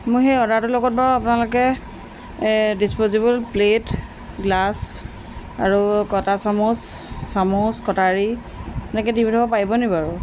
মোৰ সেই অৰ্ডাৰটোৰ লগত বাৰু আপোনালোকে ডিছপজিবল প্লে'ট গ্লাছ আৰু কটা চামুচ চামুচ কটাৰী এনেকৈ দি পঠাব পাৰিব নি বাৰু